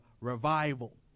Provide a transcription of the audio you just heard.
revival